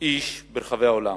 איש ברחבי העולם.